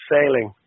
Sailing